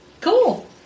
Cool